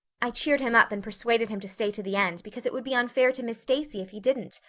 i cheered him up and persuaded him to stay to the end because it would be unfair to miss stacy if he didn't.